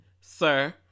sir